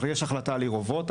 יש החלטה על עיר אובות,